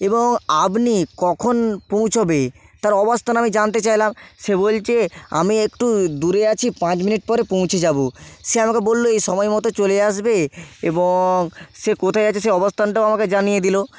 এবং আপনি কখন পৌঁছোবে তার অবস্থান আমি জানতে চাইলাম সে বলছে আমি একটু দূরে আছি পাঁচ মিনিট পরে পৌঁছে যাবো সে আমাকে বললো এ সময় মতো চলে আসবে এবং সে কোথায় আছে সে অবস্থানটাও আমাকে জানিয়ে দিলো